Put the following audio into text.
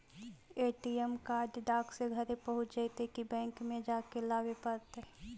ATM card डाक से घरे पहुँच जईतै कि बैंक में जाके लाबे पड़तै?